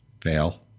Fail